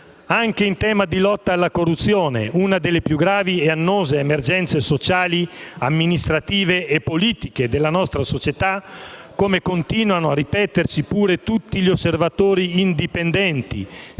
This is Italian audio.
Anche in tema di lotta alla corruzione, una delle più gravi e annose emergenze sociali, amministrative e politiche della nostra società, come continuano a ripeterci pure tutti gli osservatori indipendenti